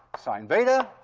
sine beta,